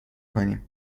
کنیم